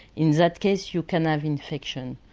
in that case you can have infection.